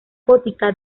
gótica